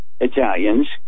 Italians